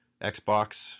Xbox